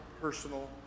personal